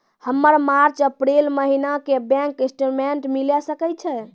हमर मार्च अप्रैल महीना के बैंक स्टेटमेंट मिले सकय छै?